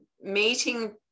meeting